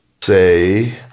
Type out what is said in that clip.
Say